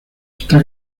está